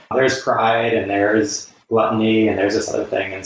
there's pride and there's gluttony and there's this other thing. and